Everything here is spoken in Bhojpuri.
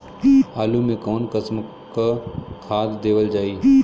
आलू मे कऊन कसमक खाद देवल जाई?